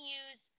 use